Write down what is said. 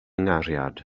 nghariad